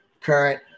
current